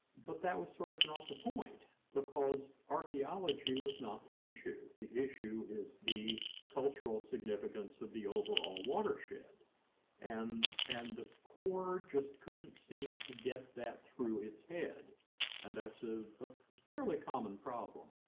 but that was sort of not the point, because archaeology was not the issue. the issue is the cultural significance of the overall watershed and and the corp just couldn't seem to get that through its head and that's ah a fairly common problem.